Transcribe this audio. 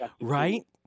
right